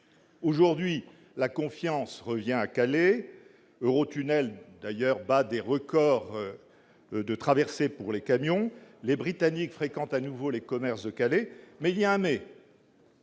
Aujourd'hui, la confiance revient à Calais. Eurotunnel bat des records de traversées pour ce qui concerne les camions. Les Britanniques fréquentent de nouveau les commerces de Calais. Mais- car il y a un « mais